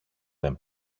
δεν